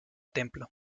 templo